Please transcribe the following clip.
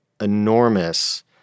enormous